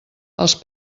els